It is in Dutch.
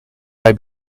hij